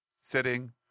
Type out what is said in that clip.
sitting